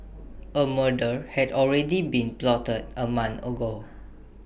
A murder had already been plotted A month ago